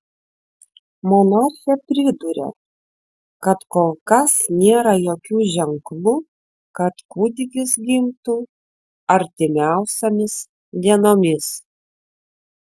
monarchė pridūrė kad kol kas nėra jokių ženklų kad kūdikis gimtų artimiausiomis dienomis